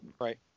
Right